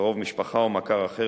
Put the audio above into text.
קרוב משפחה או מכר אחר,